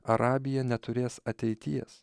arabija neturės ateities